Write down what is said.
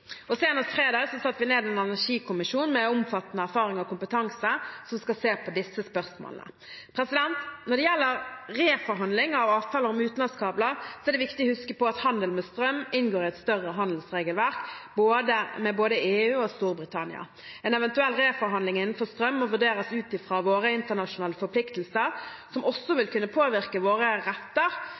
industri. Senest fredag satte vi ned en energikommisjon med omfattende erfaring og kompetanse, som skal se på disse spørsmålene. Når det gjelder reforhandling av avtaler om utenlandskabler, er det viktig å huske på at handel med strøm inngår i et større handelsregelverk, med både EU og Storbritannia. En eventuell reforhandling innenfor strøm må vurderes ut fra våre internasjonale forpliktelser, som også vil kunne påvirke våre retter,